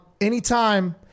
Anytime